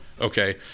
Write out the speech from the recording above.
Okay